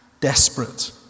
desperate